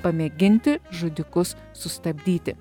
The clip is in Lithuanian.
pamėginti žudikus sustabdyti